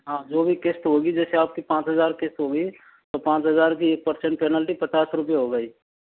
हाँ जो भी किस्त होगी जैसे आपको पाँच हजार किस्त होगी तो पाँच हजार की एक परसेंट पेनल्टी पचास रुपए हो गई